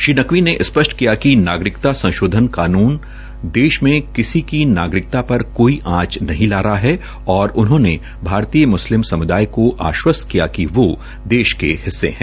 श्री नकवी ने स्पष्ट किया कि नागरिकता संशोधन कानून देश में किसी की नागरिकता पर कोई आंच नहीं ला रहा है और उन्होंने भारतीय मुस्लिम समुदाय को आश्वस्त किया कि वो देश के हिस्से है